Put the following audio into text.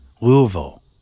Louisville